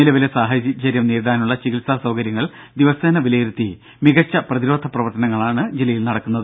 നിലവിലെ സാഹചര്യം നേരിടാനുള്ള ചികിത്സ സൌകര്യങ്ങൾ ദിവസേന വിലയിരുത്തി മികച്ച പ്രതിരോധ പ്രവർത്തനങ്ങളാണ് ജില്ലയിൽ നടക്കുന്നത്